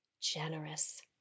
generous